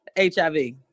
HIV